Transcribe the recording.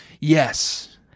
Yes